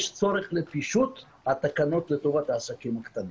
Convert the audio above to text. יש צורך לפישוט התקנות לטובת העסקים הקטנים